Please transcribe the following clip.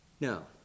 no